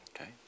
Okay